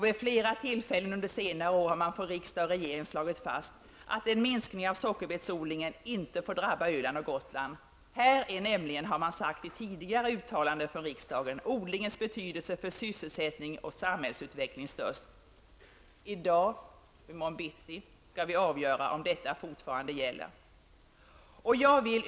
Vid flera tillfällen under senare år har riksdag och regering slagit fast att en minskning av sockerbetsodlingen inte får drabba Öland och Gotland. Här är nämligen, har man sagt i tidigare uttalanden från riksdagen, odlingens betydelse för sysselsättning och samhällsutveckling störst. I morgon bittida skall vi avgöra om detta fortfarande gäller.